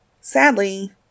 Sadly